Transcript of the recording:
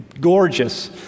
Gorgeous